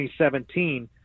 2017